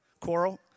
Coral